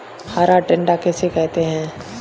हरा टिड्डा किसे कहते हैं?